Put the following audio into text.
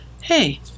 hey